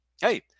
Hey